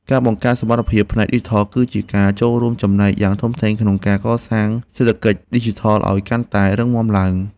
ការបង្កើនសមត្ថភាពផ្នែកឌីជីថល គឺជាការចូលរួមចំណែកយ៉ាងធំធេងក្នុងការកសាងសេដ្ឋកិច្ចឌីជីថលឱ្យកាន់តែរឹងមាំឡើង។